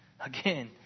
Again